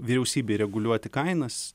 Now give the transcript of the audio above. vyriausybei reguliuoti kainas